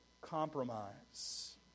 compromise